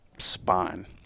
spine